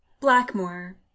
blackmore